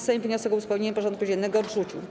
Sejm wniosek o uzupełnienie porządku dziennego odrzucił.